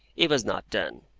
it was not done.